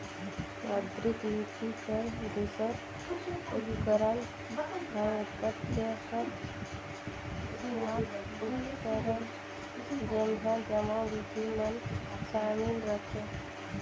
मौद्रिक नीति कर दूसर उपकरन हवे प्रत्यक्छ साख उपकरन जेम्हां जम्मो बिधि मन सामिल रहथें